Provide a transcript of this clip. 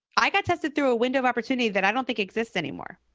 i got tested through a window of opportunity that i don't think exists anymore